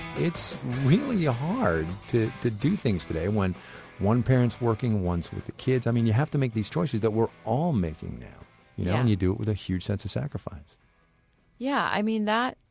it's really ah hard to do things today, when one parent's working, one's with the kids. i mean, you have to make these choices that we're all making now. yeah and you do it with a huge sense of sacrifice yeah. i mean that,